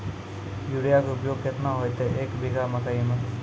Urea के उपयोग केतना होइतै, एक बीघा मकई मे?